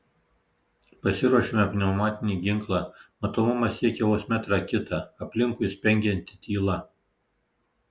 pasiruošiame pneumatinį ginklą matomumas siekia vos metrą kitą aplinkui spengianti tyla